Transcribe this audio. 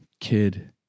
Kid